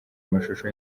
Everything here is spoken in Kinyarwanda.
amashusho